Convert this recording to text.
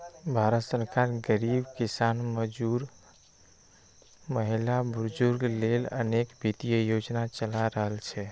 भारत सरकार गरीब, किसान, मजदूर, महिला, बुजुर्ग लेल अनेक वित्तीय योजना चला रहल छै